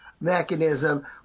mechanism